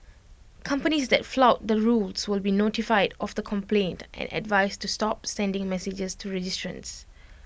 companies that flout the rules will be notified of the complaint and advised to stop sending messages to registrants